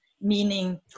meaning